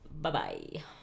Bye-bye